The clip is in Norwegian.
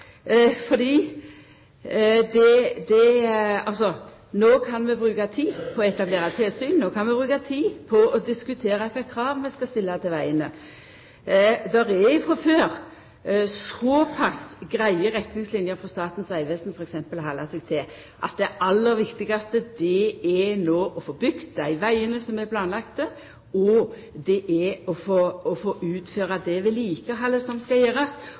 No kan vi bruka tid på å etablera tilsyn. No kan vi bruka tid på å diskutera kva krav vi skal stilla til vegane. Det er frå før såpass greie retningslinjer frå f.eks. Statens vegvesen å halda seg til at det aller viktigaste no er å få bygt dei vegane som er planlagde, og å utføra det vedlikehaldet som skal gjerast. Så er det ein ting til som er veldig viktig. Det er å utføra vedlikehaldet på ein måte som